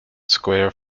square